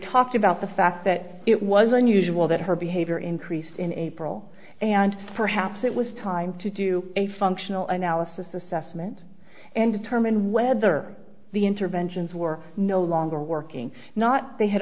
talked about the fact that it was unusual that her behavior increase in april and perhaps it was time to do a functional analysis assessment and determine whether the interventions were no longer working not they had